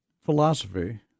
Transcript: Philosophy